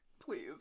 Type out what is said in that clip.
Please